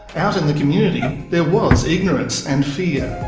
out in the community there was ignorance and fear.